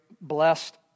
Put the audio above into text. blessed